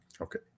Okay